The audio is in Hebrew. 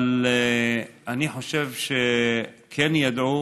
אבל אני חושב שכן ידעו,